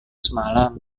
semalam